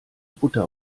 butter